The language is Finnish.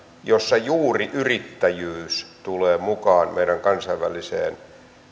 jossa juuri yrittäjyys tulee mukaan meidän kansainväliseen